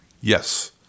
Yes